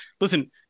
listen